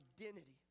identity